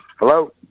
Hello